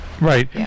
Right